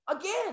again